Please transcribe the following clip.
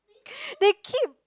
they keep